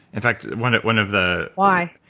in fact, one one of the why?